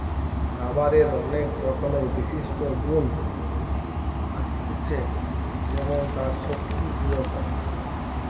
রাবারের অনেক রকমের বিশিষ্ট গুন থাকতিছে যেমন তার শক্তি, দৃঢ়তা